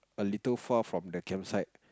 a little far from the camp site